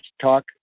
Talk